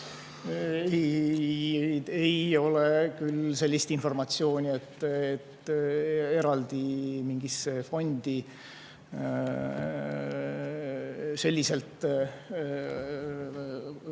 Ei ole küll sellist informatsiooni, et eraldi mingit fondi selliselt